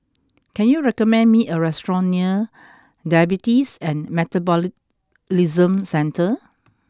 can you recommend me a restaurant near Diabetes and Metabolism Centre